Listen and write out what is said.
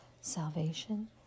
Salvation